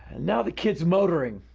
now the kids' motoring.